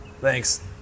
Thanks